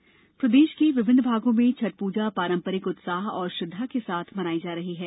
छठ पर्व प्रदेश के विभिन्न भागों में छठ पूजा पारंपरिक उत्साह और श्रद्धा के साथ मनायी जा रही है